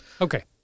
Okay